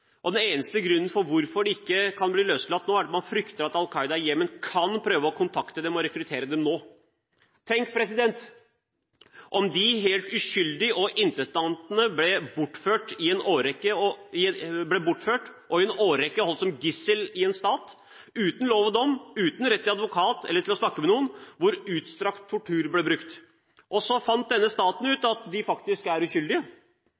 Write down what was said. og den eneste grunnen til at de ikke kan bli løslatt nå, er at man frykter at Al Qaida i Jemen kan prøve å kontakte dem og rekruttere dem. Tenk, president, om noen, helt uskyldig og intetanende, ble bortført og i en årrekke holdt som gisler i en stat, uten lov og dom, uten rett til advokat eller til å snakke med noen, og at tortur ble brukt i utstrakt grad. Så fant denne staten